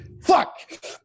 Fuck